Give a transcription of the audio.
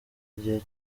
igihe